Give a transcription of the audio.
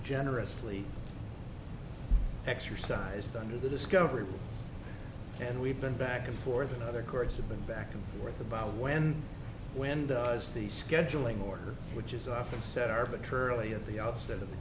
generously exercised under the discovery and we've been back and forth other courts have been back and forth about when when does the scheduling order which is often set arbitrarily at the outset of the